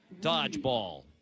dodgeball